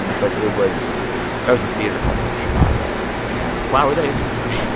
and but it was that was a theater called boom chicago. and. why were they in amsterdam?